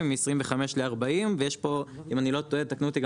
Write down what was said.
מ- 25 ל- 40 ויש פה אם אני לא טועה תקנו אותי,